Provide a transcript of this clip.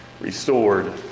restored